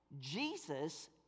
Jesus